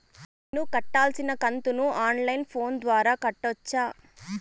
నేను కట్టాల్సిన కంతును ఆన్ లైను ఫోను ద్వారా కట్టొచ్చా?